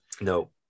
No